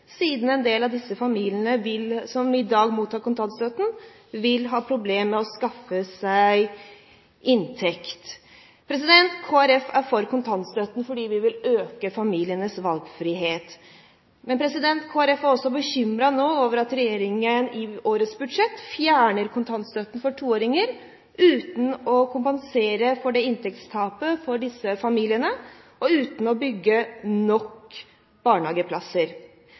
siden en del av disse familiene som i dag mottar kontantstøtte, vil ha problem med å skaffe seg inntekt. Kristelig Folkeparti er for kontantstøtten fordi vi vil øke familienes valgfrihet. Men Kristelig Folkeparti er nå bekymret over at regjeringen i årets budsjett fjerner kontantstøtten for toåringer – uten å kompensere for inntektstapet for disse familiene og uten å bygge nok barnehageplasser.